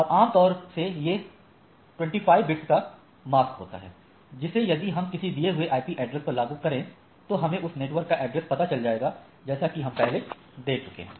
और आमतौर से यह 25 bits का मास्क होता है जिसे यदि हम किसी दिए हुए आईपी एड्रेस पर लागू करें तो हमें उस नेटवर्क का एड्रेस पता चल जाएगा जैसा कि हम पहले देख चुके हैं